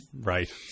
Right